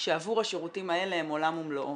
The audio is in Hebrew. שעבור השירותים האלה הם עולם ומלואו